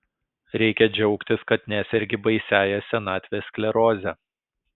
reikia džiaugtis kad nesergi baisiąja senatvės skleroze